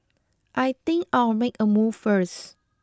I think I'll make a move first